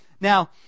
Now